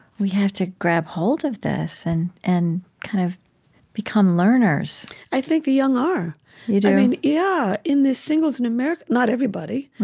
we have to grab hold of this and and kind of become learners i think the young are you do? yeah, in this singles in america not everybody,